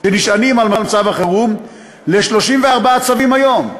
שנשענים על מצב החירום, ל-34 צווים היום.